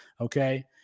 Okay